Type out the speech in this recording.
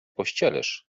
pościelesz